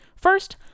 First